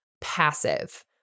passive